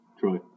Troy